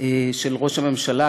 של ראש הממשלה,